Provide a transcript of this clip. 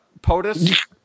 POTUS